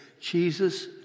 Jesus